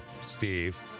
steve